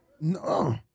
No